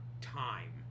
time